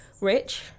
Rich